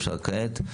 אפשר כעת.